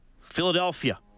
Philadelphia